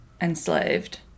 enslaved